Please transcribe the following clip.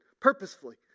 purposefully